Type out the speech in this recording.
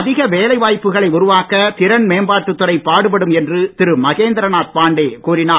அதிக வேலைவாய்ப்புகளை உருவாக்க திறன் மேம்பாட்டுத் துறை பாடுபடும் என்று திரு மகேந்திரநாத் பாண்டே கூறினார்